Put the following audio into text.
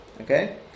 Okay